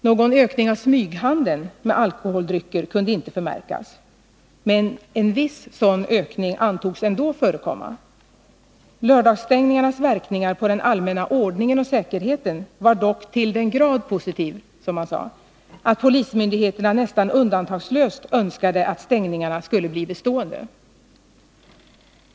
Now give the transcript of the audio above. Någon ökning av smyghandeln med alkoholdrycker kunde inte förmärkas, men en viss sådan ökning antogs ändå förekomma. Lördagsstängningarnas verkningar på den allmänna ordningen och säkerheten var dock ”till den grad positiv”, att polismyndigheterna nästan undantagslöst önskade att stängningarna skulle bli bestående.